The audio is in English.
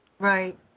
Right